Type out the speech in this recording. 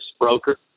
broker